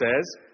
says